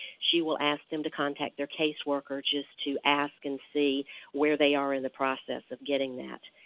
she will ask them to contact their caseworker just to ask and see where they are in the process of getting that.